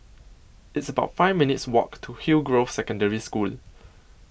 It's about five minutes' Walk to Hillgrove Secondary School